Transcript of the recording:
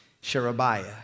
Sherebiah